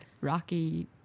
rocky